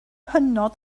hynod